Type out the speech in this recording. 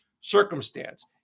circumstance